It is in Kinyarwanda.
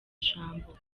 jambo